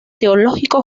teológico